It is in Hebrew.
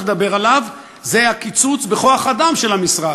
לדבר עליו זה הקיצוץ בכוח-אדם של המשרד.